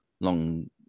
long